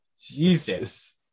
Jesus